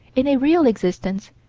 in a real existence,